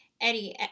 Eddie